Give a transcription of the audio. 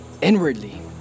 inwardly